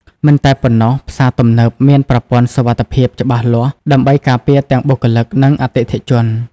មិនតែប៉ុណ្ណោះ ផ្សារទំនើបមានប្រព័ន្ធសុវត្ថិភាពច្បាស់លាស់ដើម្បីការពារទាំងបុគ្គលិក និងអតិថិជន។